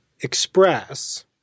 express